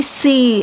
see